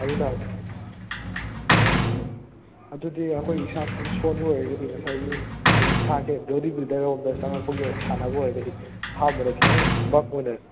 ꯑꯗꯨꯅ ꯑꯗꯨꯗꯤ ꯑꯈꯣꯏ ꯏꯁꯥ ꯈꯤꯇꯪ ꯁꯣꯟꯕ ꯑꯣꯏꯔꯒꯗꯤ ꯉꯁꯥꯏꯒꯤ ꯍꯥꯏꯗꯤ ꯏꯁꯥꯁꯦ ꯕꯣꯗꯤ ꯕꯤꯜꯗꯔ ꯔꯣꯝꯗ ꯆꯥꯉꯛꯄꯒꯤ ꯁꯥꯟꯅꯕ ꯑꯣꯏꯔꯒꯗꯤ ꯑꯍꯥꯟꯕꯗ ꯈꯤꯇꯪ ꯕꯥꯜꯛ ꯑꯣꯏꯅ